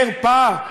חרפה.